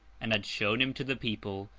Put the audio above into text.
and had shown him to the people,